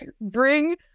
bring